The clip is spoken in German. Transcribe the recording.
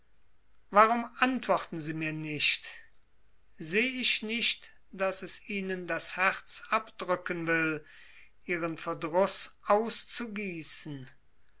warum antworten sie mir nicht seh ich nicht daß es ihnen das herz abdrücken will ihren verdruß